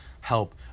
help